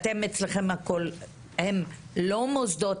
הם מוסדות